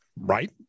Right